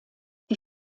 die